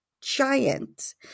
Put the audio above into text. giant